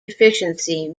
efficiency